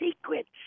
secrets